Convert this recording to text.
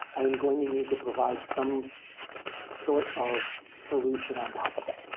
i'm going to need to provide some sort of solution on top of it.